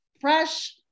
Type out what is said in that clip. fresh